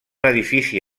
edifici